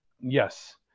Yes